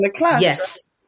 yes